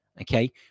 Okay